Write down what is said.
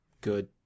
good